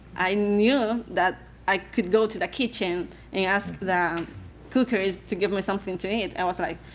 i knew that i could go to the kitchen and ask the cookers to give me something to eat. i was like,